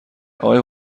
آقای